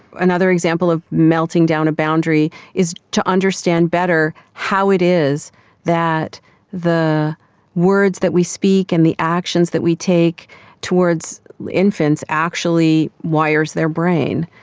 another example of melting down a boundary is to understand better how it is that the words that we speak and the actions that we take towards infants actually wires their brain.